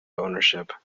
ownership